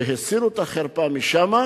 שהסירו את החרפה משם,